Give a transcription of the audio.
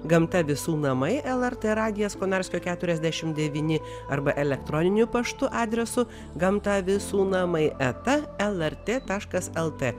gamta visų namai lrt radijas konarskio keturiasdešim devyni arba elektroniniu paštu adresu gamta visų namai eta lrt taškas lt